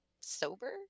sober